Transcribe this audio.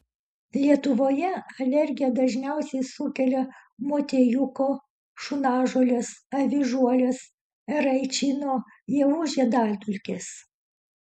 lietuvoje alergiją dažniausiai sukelia motiejuko šunažolės avižuolės eraičino javų žiedadulkės